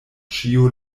ĉiu